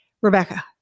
Rebecca